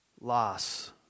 loss